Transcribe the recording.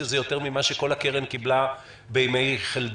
זה יותר ממה שכל הקרן קיבלה בימי חלדה,